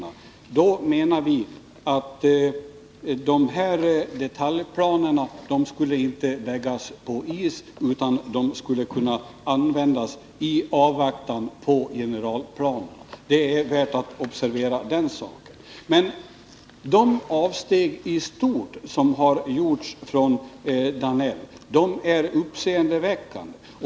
Därför menar motionärerna att detaljplanerna inte skulle behöva läggas på is utan skulle kunna användas i avvaktan på generalplanen. Detta är värt att observera. De avsteg i stort som har gjorts av Georg Danell är uppseendeväckande.